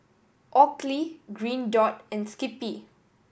Oakley Green Dot and Skippy